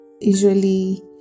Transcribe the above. usually